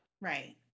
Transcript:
Right